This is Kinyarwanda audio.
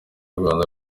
rwanda